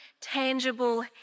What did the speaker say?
tangible